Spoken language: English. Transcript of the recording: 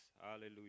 Hallelujah